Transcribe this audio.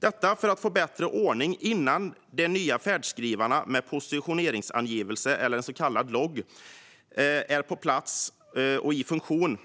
Det är alltså fråga om att få en bättre ordning innan de nya färdskrivarna med positioneringsangivelse, en så kallad logg, är på plats och i funktion